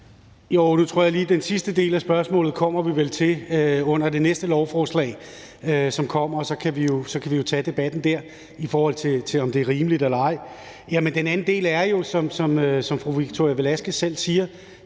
Henrik Møller (S): Den sidste del af spørgsmålet kommer vi vel til under det næste lovforslag, som kommer, og så kan vi jo tage debatten der, i forhold til om det er rimeligt eller ej. Om den anden del er det jo sådan, som fru Victoria Velasquez selv siger,